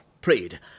prayed